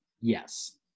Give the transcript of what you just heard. Yes